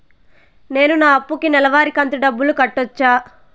నేను నా అప్పుకి నెలవారి కంతు డబ్బులు కట్టొచ్చా?